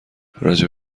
راجع